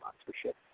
sponsorship